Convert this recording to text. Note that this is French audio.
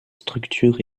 structure